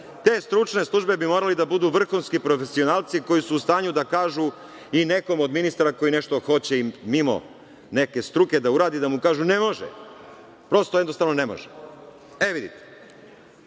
Te stručne službe bi morale da budu vrhunski profesionalci koji su u stanju da kažu i nekom od ministara koji nešto hoće mimo neke struke da uradi i da mu kažu – ne može, prosto, jednostavno, ne može. Vidite,